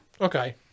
Okay